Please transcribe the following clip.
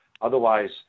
Otherwise